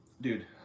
dude